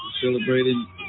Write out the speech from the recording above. celebrating